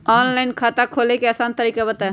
Online खाता खोले के आसान तरीका बताए?